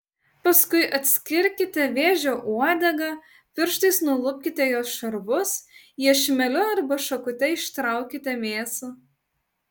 paskui atskirkite vėžio uodegą pirštais nulupkite jos šarvus iešmeliu arba šakute ištraukite mėsą